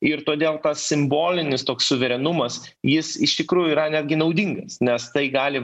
ir todėl tas simbolinis toks suverenumas jis iš tikrųjų yra netgi naudingas nes tai gali